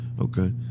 Okay